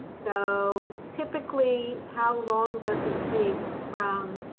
so typically, how long does it take from?